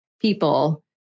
people